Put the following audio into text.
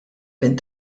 minn